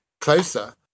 closer